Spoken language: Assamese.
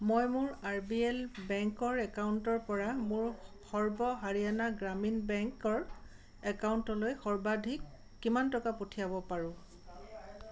মই মোৰ আৰ বি এল বেংকৰ একাউণ্টৰ পৰা মোৰ সৰ্ব হাৰিয়ানা গ্ৰামীণ বেংকৰ একাউণ্টলৈ সৰ্বাধিক কিমান টকা পঠিয়াব পাৰোঁ